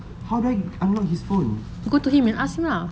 how do I unlock his phone